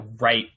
right